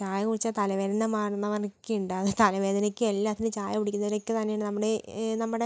ചായ കുടിച്ചാൽ തലവേദന മാറണവർ ഒക്കെയുണ്ട് അതായത് തലവേദനക്ക് എല്ലാത്തിനും ചായ കുടിക്കുന്നവരൊക്കെ തന്നെയാണ് നമ്മുടെ ഏ നമ്മുടെ